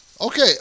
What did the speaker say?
Okay